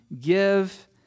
give